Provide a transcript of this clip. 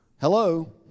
Hello